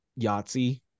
yahtzee